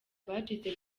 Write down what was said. abacitse